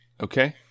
okay